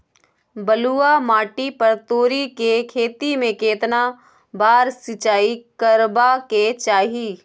बलुआ माटी पर तोरी के खेती में केतना बार सिंचाई करबा के चाही?